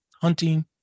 hunting